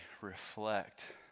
reflect